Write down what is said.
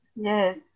Yes